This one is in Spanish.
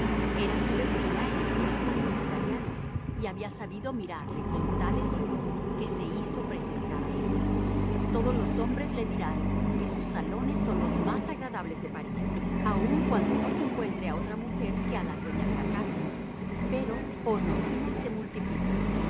era su vecina en el teatro de los italianos y había sabido mirarle con tales ojos que se hizo presentar a ella todos los hombres le dirán que sus salones son los más agradables de parís aun cuando no se encuentre a otra mujer que a la dueña de la casa pero honorina se multiplica